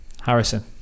Harrison